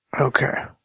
Okay